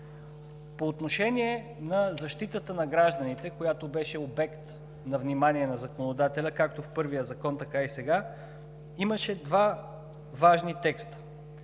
По отношение на защитата на гражданите, която беше обект на внимание на законодателя, както в първия закон, така и сега, имаше два важни текста.